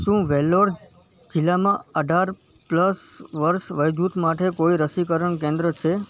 શું વેલ્લોર જિલ્લામાં અઢાર પ્લસ વર્ષ વયજૂથ માટે કોઈ રસીકરણ કેન્દ્ર છે